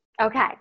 Okay